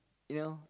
you know